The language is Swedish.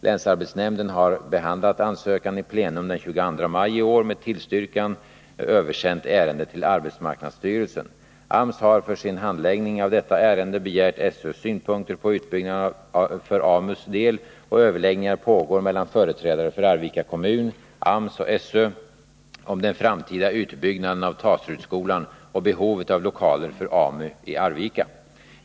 Länsarbetsnämnden har behandlat ansökan i plenum den 22 maj i år och med tillstyrkan översänt ärendet till arbetsmarknadsstyrelsen. AMS har för sin handläggning av detta ärende begärt SÖ:s synpunkter på utbyggnaden för AMU:s del, och överläggningar pågår mellan företrädare för Arvika kommun, AMS och SÖ om den framtida utbyggnaden av Taserudsskolan och behovet av lokaler för AMU i Arvika.